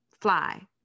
Fly